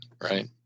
right